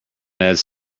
ads